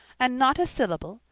and not a syllable,